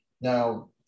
now